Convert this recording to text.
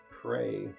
pray